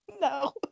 No